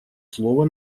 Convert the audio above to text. слово